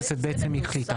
הכנסת בעצם החליטה.